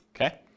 okay